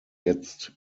jetzt